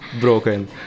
broken